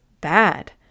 bad